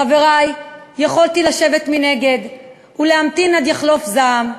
חברי, יכולתי לשבת מנגד ולהמתין עד יחלוף זעם.